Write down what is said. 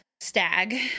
Stag